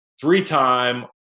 three-time